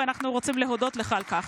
ואנו רוצים להודות לך על כך.)